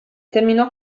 terminò